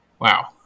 wow